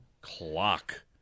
clock